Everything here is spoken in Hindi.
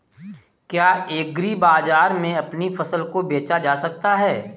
क्या एग्रीबाजार में अपनी फसल को बेचा जा सकता है?